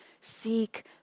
seek